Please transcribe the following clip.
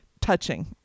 touching